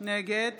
נגד